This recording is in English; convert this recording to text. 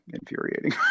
infuriating